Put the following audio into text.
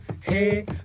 hey